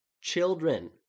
Children